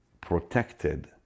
protected